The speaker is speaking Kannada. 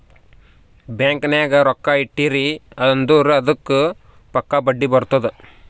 ಬ್ಯಾಂಕ್ ನಾಗ್ ರೊಕ್ಕಾ ಇಟ್ಟಿರಿ ಅಂದುರ್ ಅದ್ದುಕ್ ಪಕ್ಕಾ ಬಡ್ಡಿ ಬರ್ತುದ್